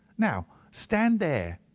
now, stand there!